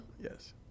Yes